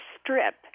strip